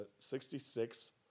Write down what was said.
66